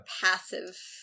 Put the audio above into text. passive